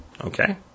okay